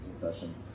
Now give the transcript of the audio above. confession